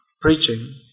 preaching